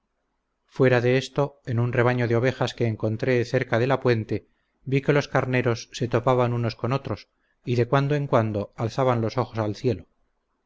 fuera de esto en un rebaño de ovejas que encontré cerca de la puente vi que los carneros se topaban unos con otros y de cuando en cuando alzaban los ojos al cielo